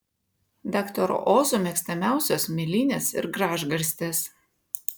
daktaro ozo mėgstamiausios mėlynės ir gražgarstės